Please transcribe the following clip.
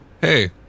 hey